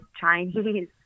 Chinese